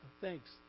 Thanks